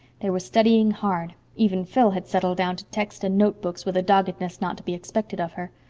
they were studying hard even phil had settled down to text and notebooks with a doggedness not to be expected of her.